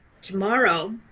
tomorrow